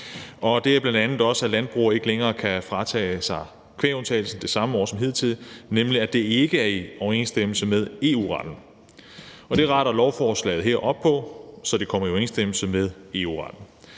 og det er bl.a., at landbrugere ikke længere kan fratages kvægundtagelsen det samme år som hidtil – ikke er i overensstemmelse med EU-retten. Og det retter lovforslaget her op på, så det kommer i overensstemmelse med EU-retten.